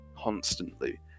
constantly